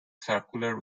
circular